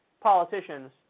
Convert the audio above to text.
politicians